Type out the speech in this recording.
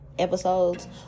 Episodes